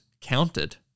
counted